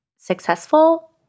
successful